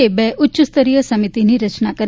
એ બે ઉચ્ચસ્તરીય સમિતિની રચના કરી